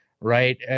right